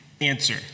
Answer